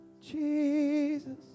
Jesus